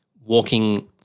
walking